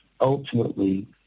ultimately